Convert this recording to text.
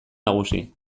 nagusi